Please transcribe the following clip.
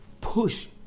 Push